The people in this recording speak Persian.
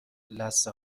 لثه